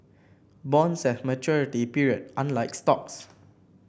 bonds have maturity period unlike stocks